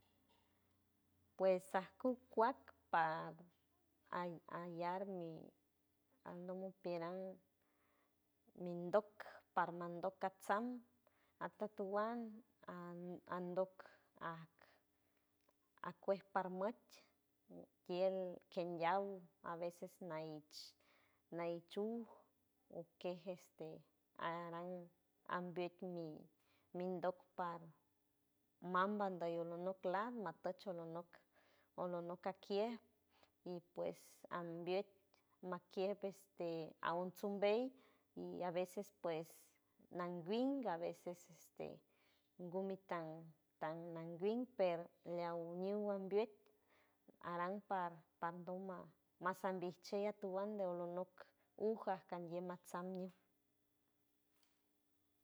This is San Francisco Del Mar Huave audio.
Pues acuj cuat par a ayarmi andon miperand mindok parman doc casam atotowand an andoc a acuej parmatch tield kenyat a veces nai nainchu o quejeste aran amviet min min dog par mamban doloyot nal matol choyonol olonok akier y pues amviet makier este aon sombey y a veces pues nanguin a veces este gumi tan tan nanguin per lean wind amviet aran par pardon ma masanbichield a towand de olonok ujam candiet matsam miulch.